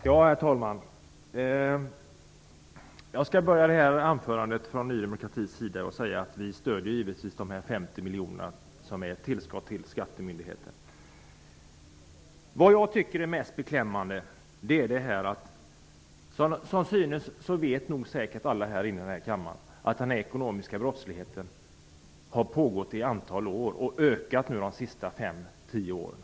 Herr talman! Vi i Ny demokrati stöder givetvis förslaget om ett tillskott om 50 miljoner till skattemyndigheten. Mest beklämmande är -- alla i denna kammare vet säkerligen detta -- att den ekonomiska brottsligheten har pågått i ett antal år och att den har ökat i omfattning under de senaste fem tio åren.